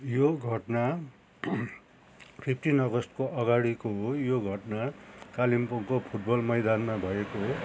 यो घटना फिफ्टिन अगस्टको अगाडिको हो यो घटना कालिम्पोङको फुटबल मैदानमा भएको हो